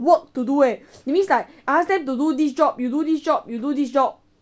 work to do eh that means like I ask them to do this job you do this job you do this job